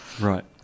Right